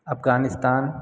Afghanistan